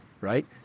right